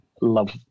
love